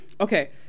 Okay